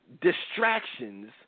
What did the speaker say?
distractions